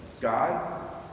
God